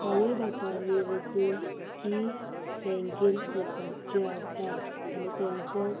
आवय बापायनी वचून ती बँकेन करपाची आसा आनी तांचो